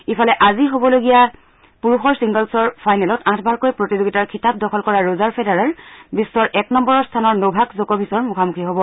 ইফালে আজি হবলগীয়া পুৰুষৰ ছিংগলছৰ ফাইনেলত আঠবাৰকৈ প্ৰতিযোগিতাৰ খিতাপ দখল কৰা ৰজাৰ ফেডাৰাৰ বিশ্বৰ এক নম্বৰ স্থানৰ নভাক জকভিচৰ মুখামুখি হ'ব